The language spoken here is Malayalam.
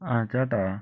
ആ കേട്ടോ